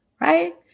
right